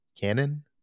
canon